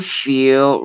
feel